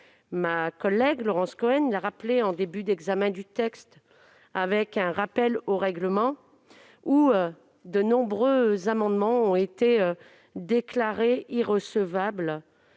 Ma collègue Laurence Cohen l'a rappelé en début d'examen du texte lors d'un rappel au règlement, de nombreux amendements ont été déclarés irrecevables.